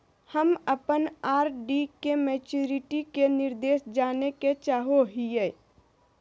हम अप्पन आर.डी के मैचुरीटी के निर्देश जाने के चाहो हिअइ